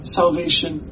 salvation